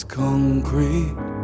concrete